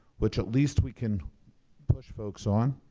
which at least we can push folks on.